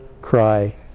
cry